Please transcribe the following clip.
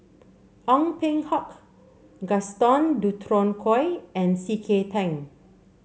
Ong Peng Hock Gaston Dutronquoy and C K Tang